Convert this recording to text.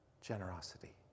Generosity